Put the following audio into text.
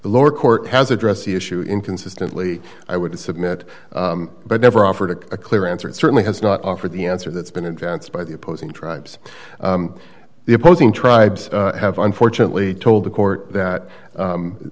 the lower court has addressed the issue inconsistently i would submit but never offered a clear answer it certainly has not offered the answer that's been advanced by the opposing tribes the opposing tribes have unfortunately told the court that